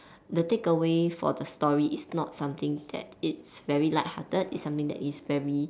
the takeaway for the story is not something that it's very lighthearted it's something that is very